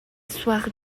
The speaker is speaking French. soir